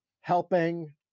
helping